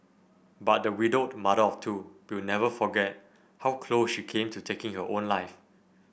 but the widowed mother of two will never forget how close she came to taking her own life